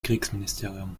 kriegsministerium